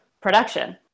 production